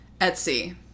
Etsy